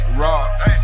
rocks